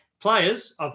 players